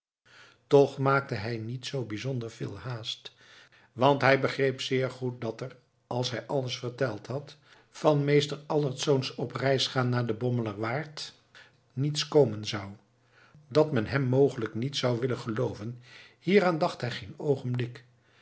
toch maakte hij niet zoo bijzonder veel haast want hij begreep zeer goed dat er als hij alles verteld had van meester albertsz op reis gaan naar de bommelerwaard niets komen zou dat men hem mogelijk niet zou willen gelooven hieraan dacht hij geen oogenblik